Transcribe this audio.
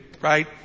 right